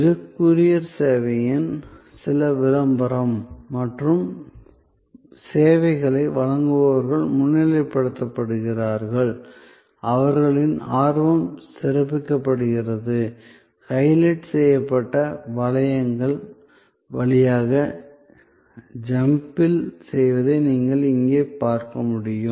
இது கூரியர் சேவையின் சில விளம்பரம் மற்றும் சேவைகளை வழங்குபவர்கள் முன்னிலைப்படுத்தப்படுகிறார்கள் அவர்களின் ஆர்வம் சிறப்பிக்கப்படுகிறது ஹைலைட் செய்யப்பட்ட வளையங்கள் வழியாக ஜம்பிள் செய்வதை நீங்கள் இங்கே பார்க்க முடியும்